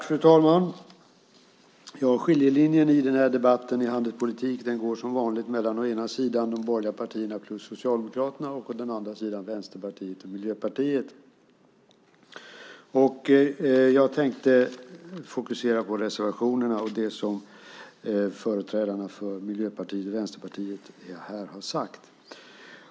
Fru talman! Skiljelinjen i debatten om handelspolitik går som vanligt mellan å ena sidan de borgerliga partierna och Socialdemokraterna och å andra sidan Vänsterpartiet och Miljöpartiet. Jag tänkte fokusera på reservationerna och det som företrädarna för Miljöpartiet och Vänsterpartiet här har sagt.